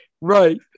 right